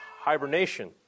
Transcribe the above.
hibernation